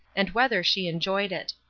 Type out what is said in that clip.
and whether she enjoyed it.